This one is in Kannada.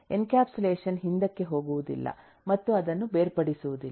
ಎನ್ಕ್ಯಾಪ್ಸುಲೇಷನ್ ಹಿಂದಕ್ಕೆ ಹೋಗುವುದಿಲ್ಲ ಮತ್ತು ಅದನ್ನು ಬೇರ್ಪಡಿಸುವುದಿಲ್ಲ